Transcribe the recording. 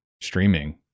streaming